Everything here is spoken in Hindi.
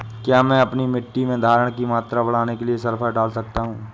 क्या मैं अपनी मिट्टी में धारण की मात्रा बढ़ाने के लिए सल्फर डाल सकता हूँ?